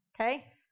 okay